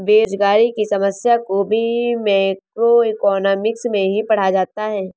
बेरोजगारी की समस्या को भी मैक्रोइकॉनॉमिक्स में ही पढ़ा जाता है